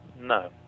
No